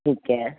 ਠੀਕ ਹੈ